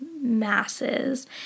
masses